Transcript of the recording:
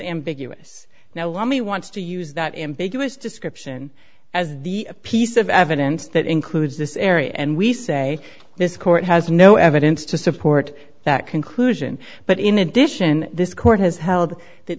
ambiguous now let me wants to use that ambiguous description as the piece of evidence that includes this area and we say this court has no evidence to support that conclusion but in addition this court has held that